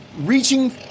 reaching